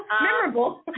Memorable